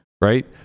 right